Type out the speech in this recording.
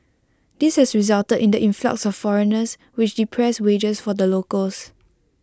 this has resulted in the influx of foreigners which depressed wages for the locals